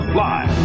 live